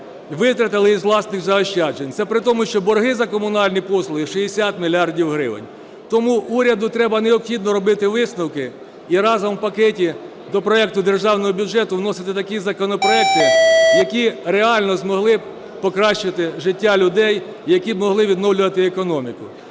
витратили із власних заощаджень, це при тому, що борги за комунальні послуги – 60 мільярдів гривень. Тому уряду необхідно робити висновки і разом, в пакеті до проекту Державного бюджету, вносити такі законопроекти, які реально змогли б покращити життя людей і які б могли відновлювати економіку.